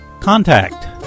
Contact